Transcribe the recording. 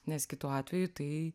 nes kitu atveju tai